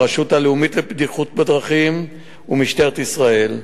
הרשות הלאומית לבטיחות בדרכים ומשטרת ישראל,